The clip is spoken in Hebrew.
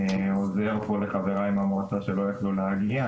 עוזר פה לחבריי מהמועצה שלא יכלו להגיע,